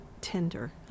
tender